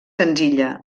senzilla